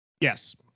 Yes